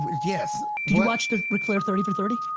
yes. did you watch the ric flair, thirty for thirty?